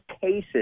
cases